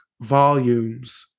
volumes